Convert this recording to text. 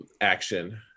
action